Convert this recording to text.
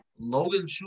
Logan